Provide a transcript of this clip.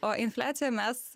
o infliaciją mes